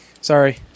Sorry